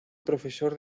profesor